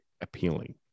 appealing